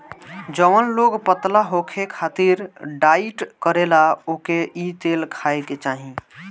जवन लोग पतला होखे खातिर डाईट करेला ओके इ तेल खाए के चाही